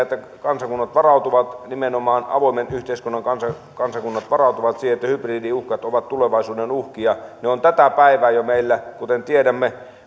että kansakunnat nimenomaan avoimen yhteiskunnan kansakunnat varautuvat siihen että hybridiuhkat ovat tulevaisuuden uhkia ne ovat tätä päivää jo meillä kuten tiedämme